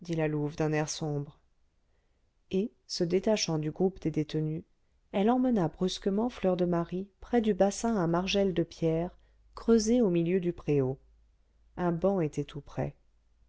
d'un air sombre et se détachant du groupe des détenues elle emmena brusquement fleur de marie près du bassin à margelles de pierre creusé au milieu du préau un banc était tout près